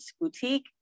boutique